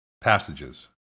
passages